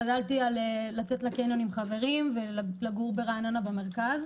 גדלתי על לצאת לקניון עם חברים ולגור ברעננה במרכז.